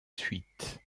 suites